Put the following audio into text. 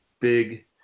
big